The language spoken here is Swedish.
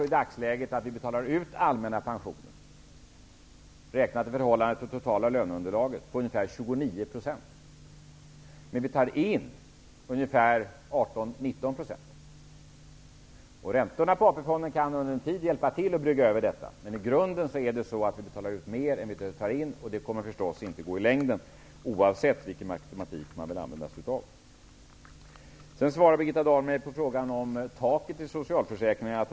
I dagsläget betalar vi ut allmänna pensioner med 29 % räknat i förhållande till det totala löneunderlaget. Vi tar in 18 eller 19 %. Räntorna på AP-fonderna kan under en tid hjälpa till att brygga över detta, men i grunden är det så att vi betalar ut mer än vi tar in. Det kommer inte att gå i längden, oavsett vilken matematik man vill använda. Birgitta Dahl svarade mig på frågan om taket i socialförsäkringarna.